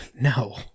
No